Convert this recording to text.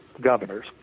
governors